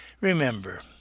Remember